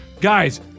guys